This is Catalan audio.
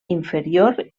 inferior